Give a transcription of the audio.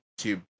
YouTube